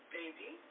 baby